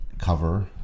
cover